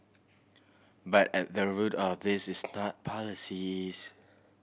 but at the root of this is not policies